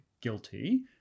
guilty